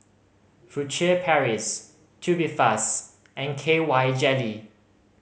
Furtere Paris Tubifast and K Y Jelly